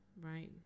right